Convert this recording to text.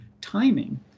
timing